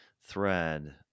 thread